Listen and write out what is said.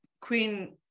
queen